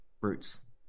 roots